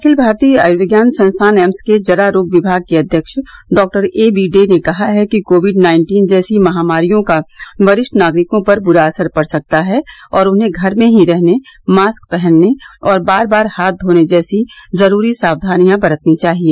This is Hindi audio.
अखिल भारतीय आयूर्विज्ञान संस्थान एम्स के जरा रोग विभाग के अध्यक्ष डॉ एबी डे ने कहा है कि कोविड नाइन्टीन जैसी महामारियों का वरिष्ठ नागरिकों पर बुरा असर पड़ सकता है और उन्हें घर में ही रहने मास्क पहनने और बार बार हाथ धोने जैसी जरूरी साक्यानियां बरतनी चाहिए